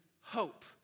hope